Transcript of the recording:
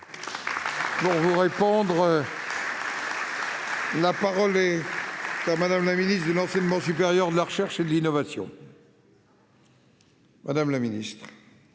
porte des campus ? La parole est à Mme la ministre de l'enseignement supérieur, de la recherche et de l'innovation.